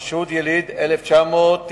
החשוד, יליד 1995,